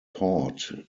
taught